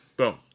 Boom